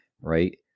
right